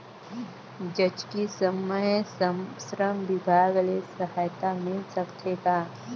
जचकी समय श्रम विभाग ले सहायता मिल सकथे का?